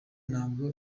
ntabwo